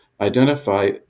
identify